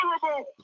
terrible